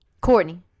Courtney